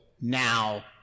now